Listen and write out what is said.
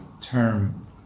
term